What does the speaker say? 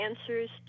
answers